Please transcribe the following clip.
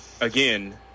again